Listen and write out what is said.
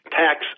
tax